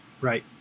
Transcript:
Right